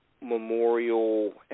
memorial